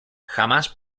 jamás